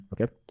okay